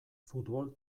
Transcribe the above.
futbol